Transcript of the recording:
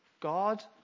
God